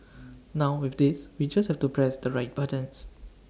now with this we just have to press the right buttons